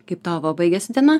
kaip tavo baigiasi diena